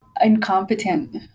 Incompetent